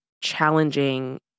challenging